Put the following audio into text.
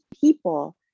people